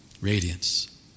radiance